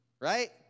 right